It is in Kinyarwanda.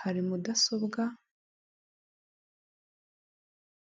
hari mudasobwa.